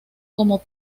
como